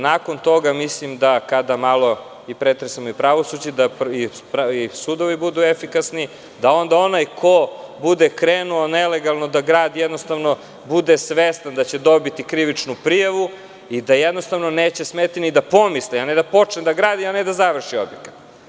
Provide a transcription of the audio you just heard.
Nakon toga, kada malo pretresemo pravosuđe da i sudovi budu efikasni, da onda onaj ko bude krenuo nelegalno da gradi, da jednostavno bude svestan da će dobiti krivičnu prijavu i da neće smeti ni da pomisli, a ne da počne da gradi i da završi objekat.